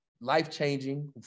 life-changing